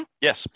Yes